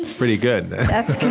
pretty good that's